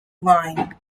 line